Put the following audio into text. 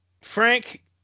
Frank